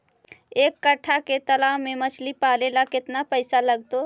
एक कट्ठा के तालाब में मछली पाले ल केतना पैसा लगतै?